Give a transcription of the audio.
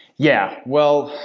yeah. well,